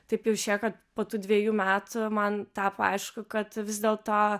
taip jau išėjo kad po tų dvejų metų man tapo aišku kad vis dėl to